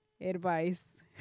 Advice